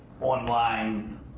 Online